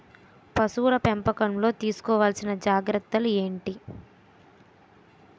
పశువుల పెంపకంలో తీసుకోవల్సిన జాగ్రత్తలు ఏంటి?